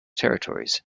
territories